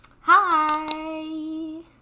hi